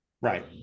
Right